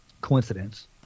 coincidence